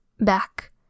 back